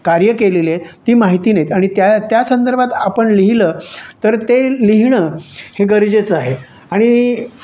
कार्य केलेले आहे ती माहिती नाहीत आणि त्या त्या संदर्भात आपण लिहिलं तर ते लिहिणं हे गरजेचं आहे आणि